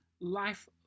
life